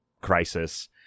crisis